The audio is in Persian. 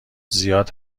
زیاد